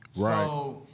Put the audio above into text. Right